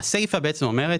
הסיפה אומרת